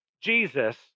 Jesus